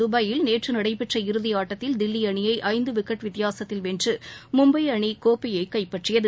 துபாயில் நேற்று நடைபெற்ற இறுதி ஆட்டத்தில் தில்லி அணியை ஐந்து விக்கெட் வித்தியாசத்தில் வென்று மும்பை அணி கோப்பையை கைப்பற்றியது